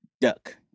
duck